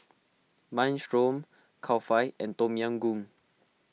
Minestrone Kulfi and Tom Yam Goong